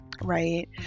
right